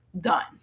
done